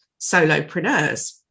solopreneurs